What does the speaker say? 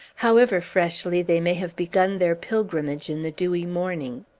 however freshly they may have begun their pilgrimage in the dewy morning.